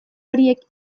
horiek